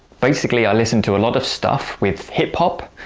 basically, i listen to a lot of stuff with hip-hop,